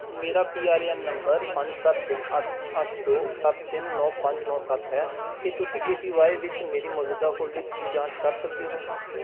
ਮੇਰਾ P R A N number ਪੰਜ ਸੱਤ ਤਿੰਨ ਅੱਠ ਅੱਠ ਦੋ ਸੱਤ ਤਿੰਨ ਨੌਂ ਪੰਜ ਨੌਂ ਸੱਤ ਹੈ ਕੀ ਤੁਸੀਂ ਏ ਪੀ ਵਾਈ ਵਿੱਚ ਮੇਰੀ ਮੌਜੂਦਾ ਹੋਲਡਿੰਗਜ਼ ਦੀ ਜਾਂਚ ਕਰ ਸਕਦੇ ਹੋ